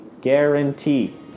guarantee